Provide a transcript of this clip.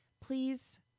please